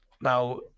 Now